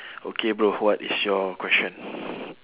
okay bro what is your question